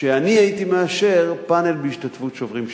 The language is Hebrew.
שאני הייתי מאשר פאנל בהשתתפות "שוברים שתיקה".